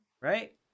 right